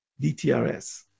DTRS